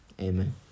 Amen